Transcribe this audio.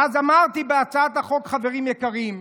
ואז אמרתי בהצעת החוק, חברים יקרים,